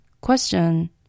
Question